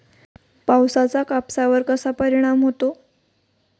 पावसाचा कापसावर कसा परिणाम होतो?